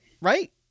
Right